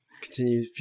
Continue